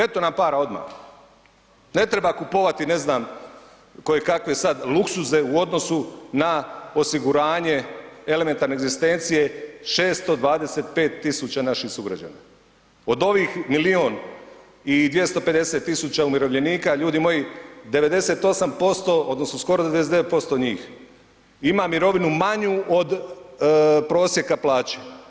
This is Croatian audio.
Eto nam para odmah, ne treba kupovati ne znam koje kakve sad luksuze u odnosu na osiguranje elementarne egzistencije 625 tisuća naših sugrađana od ovih milijun i 250 tisuća umirovljenika, ljudi moji, 98%, odnosno skoro 99% njih ima mirovinu manju od prosjeka plaće.